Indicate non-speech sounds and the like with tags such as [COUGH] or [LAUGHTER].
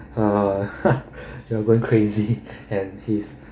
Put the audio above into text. uh [LAUGHS] you are going crazy and he's